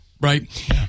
right